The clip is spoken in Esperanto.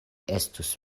estus